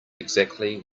exactly